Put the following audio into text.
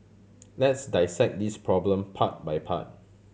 let's dissect this problem part by part